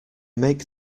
make